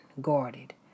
Guarded